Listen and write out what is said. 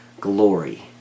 glory